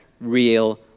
real